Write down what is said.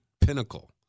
pinnacle